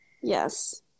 Yes